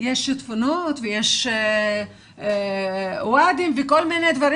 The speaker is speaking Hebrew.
יש שיטפונות ויש ואדי וכל מיני דברים